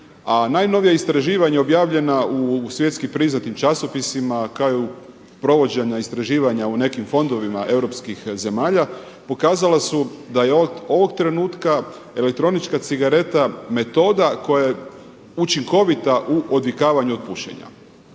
najnovija istraživanja objavljena u svjetski priznatim časopisima kao i u provođenju istraživanja u nekim fondovima europskih zemalja pokazala su da je od ovog trenutka elektronička cigareta metoda koje učinkovita u odvikavanju od pušenja.